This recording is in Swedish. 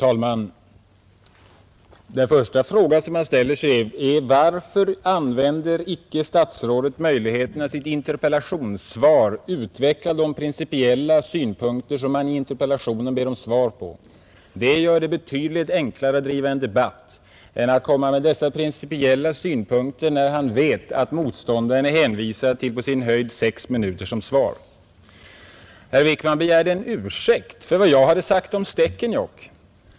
Ang. erfarenheterna Herr talman! Den första fråga man ställer sig är: Varför använder inte = av försöken att vidga statsrådet möjligheterna att i sitt interpellationssvar utveckla de princiden statliga företagpiella synpunkter som man i interpellationen frågar efter? Om han hade samheten gjort det skulle det ha varit betydligt enklare att föra en debatt än då han som nu utvecklar dem när han vet att motståndaren har högst sex minuter på sig för att svara. Herr Wickman begärde en ursäkt för vad jag hade sagt om Stekenjokk.